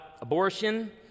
abortion